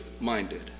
minded